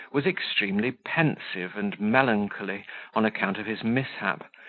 was extremely pensive and melancholy on account of his mishap,